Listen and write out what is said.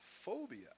phobia